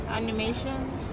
animations